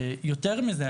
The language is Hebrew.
יותר מזה.